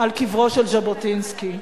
על קברו של ז'בוטינסקי.